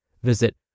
Visit